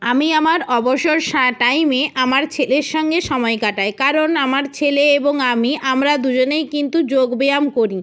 আমি আমার অবসর টাইমে আমার ছেলের সঙ্গে সময় কাটাই কারণ আমার ছেলে এবং আমি আমরা দুজনেই কিন্তু যোগব্যায়াম করি